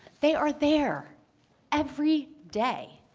they are there every day.